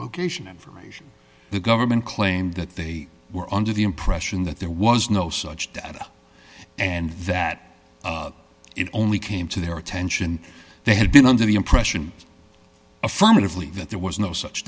location information the government claimed that they were under the impression that there was no such data and that it only came to their attention they had been under the impression affirmatively that there was no such